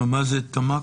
מה זה תמ"ק?